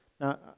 Now